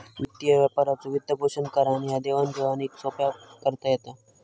वित्तीय व्यापाराचो वित्तपोषण करान ह्या देवाण घेवाणीक सोप्पा करता येता